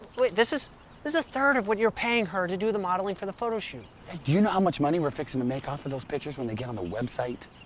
wait, this is a third of what you're paying her to do the modeling for the photo shoot. ah do you know how much money we're fixing to make off of those pictures when they get on the website?